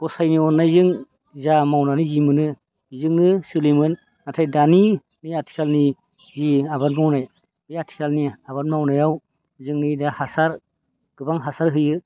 गसायनि अननायजों जा मावनानै जि मोनो बेजोंनो सोलियोमोन नाथाय दानि बे आथिखालनि जि आबाद मावनाय बे आथिखालनि आबाद मावनायाव जोंनिनो हासार गोबां हासार होयो